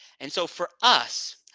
and so for us,